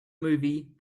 movie